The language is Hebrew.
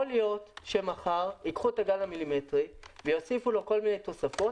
יכול להיות שמחר ייקחו את הגל המילימטרי ויוסיפו לו כל מיני תוספות,